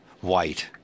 white